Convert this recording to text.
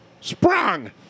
sprung